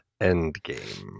Endgame